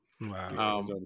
Wow